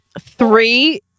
Three